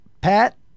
pat